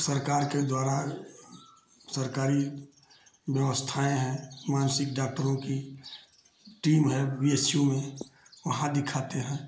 सरकार के द्वारा सरकारी व्यवस्थाएं हैं मानसिक डॉक्टरों की टीम है बी एच यू में वहाँ दिखाते हैं